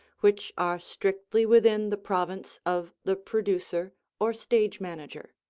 which are strictly within the province of the producer or stage manager.